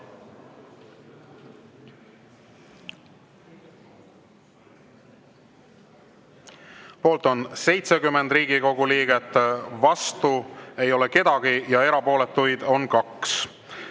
Poolt on 70 Riigikogu liiget, vastu ei ole keegi ja erapooletuid on 2.